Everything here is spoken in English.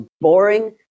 boring